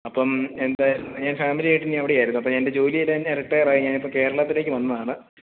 അപ്പം എന്തായിരുന്നു ഞാൻ ഫാമിലിയായിട്ട് ഇനി അവിടെ ആയിരുന്നു അപ്പം ഞാനെൻ്റെ ജോലിയിടെയിൽനിന്ന് റിട്ടേർ ആയി ഞാൻ ഇപ്പം കേരളത്തിലേക്ക് വന്നതാണ്